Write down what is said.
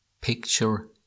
Picture